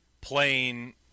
playing